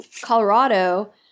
Colorado